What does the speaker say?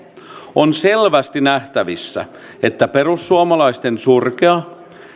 on selvästi nähtävissä että perussuomalaisten surkea